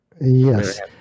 Yes